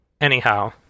Anyhow